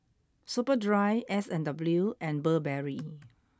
Superdry S and W and Burberry